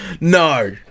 No